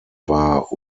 war